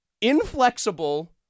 inflexible